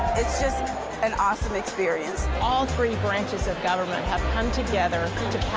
it's just an awesome experience. all three branches of government have come together